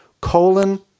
colon